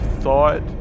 thought